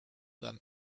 than